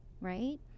right